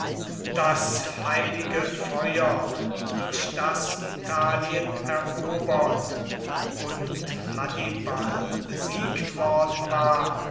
das heilige feuer durch das italien erobert und hannibal besiegt worden war